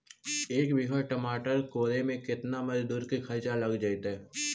एक बिघा टमाटर कोड़े मे केतना मजुर के खर्चा लग जितै?